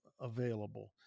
available